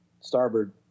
starboard